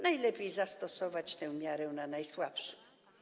Najlepiej zastosować tę miarę na najsłabszych.